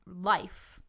life